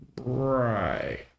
Right